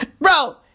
Bro